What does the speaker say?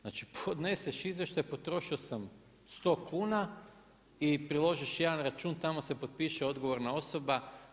Znači, podneseš izvještaj, potrošio sam 100 kuna i priložiš jedan račun, tamo se potpiše odgovorna osoba.